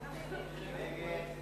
ההצעה להסיר מסדר-היום